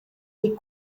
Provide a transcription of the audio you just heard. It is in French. est